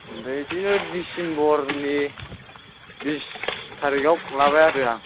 बेदिनो डिसिम्बरनि बिस तारिगाव लाबाय आरो आं